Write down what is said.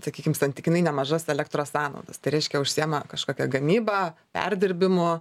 sakykim santykinai nemažas elektros sąnaudas tai reiškia užsiima kažkokia gamyba perdirbimu